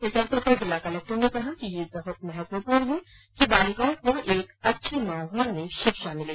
इस अवसर पर जिला कलक्टर ने कहा कि ये बहत महत्वपूर्ण है बालिकाओं को एक अच्छे माहौल में शिक्षा मिले